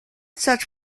such